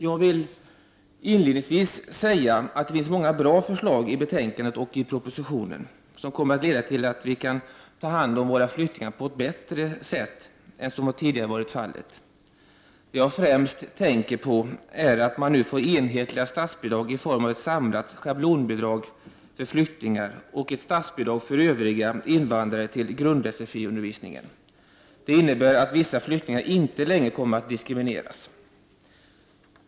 Jag vill inledningsvis säga att det finns många bra förslag i betänkandet och i propositionen, som kommer att leda till att vi kan ta hand om våra flyktingar på ett bättre sätt än vad som tidigare varit fallet. Det jag främst tänker på är att vi nu får enhetliga statsbidrag i form av ett samlat schablonbidrag för flyktingar och ett statsbidrag för övriga invandrare till grund-sfiundervisningen. Det innebär att vissa flyktingar inte längre kommer att diskrimineras.